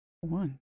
one